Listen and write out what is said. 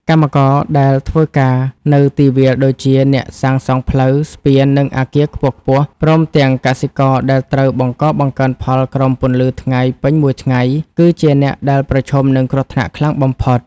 កម្មករដែលធ្វើការនៅទីវាលដូចជា អ្នកសាងសង់ផ្លូវ ស្ពាន និងអគារខ្ពស់ៗ ព្រមទាំងកសិករដែលត្រូវបង្កបង្កើនផលក្រោមពន្លឺថ្ងៃពេញមួយថ្ងៃ គឺជាអ្នកដែលប្រឈមនឹងគ្រោះថ្នាក់ខ្លាំងបំផុត។